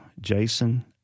Jason